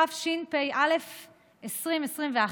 התשפ"א 2021,